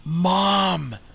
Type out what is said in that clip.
Mom